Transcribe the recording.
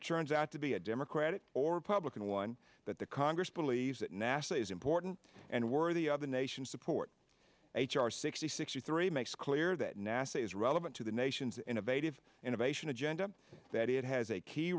it turns out to be a democratic or republican one that the congress believes that nasa is important and worthy of the nation's support h r sixty sixty three makes clear that nasa is relevant to the nation's innovative innovation agenda that it has a key